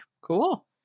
Cool